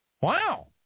Wow